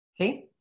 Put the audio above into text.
Okay